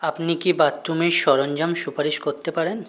আপনি কি বাথরুমের সরঞ্জাম সুপারিশ করতে পারেন